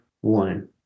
one